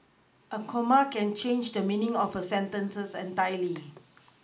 a comma can change the meaning of a sentence entirely